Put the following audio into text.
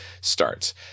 starts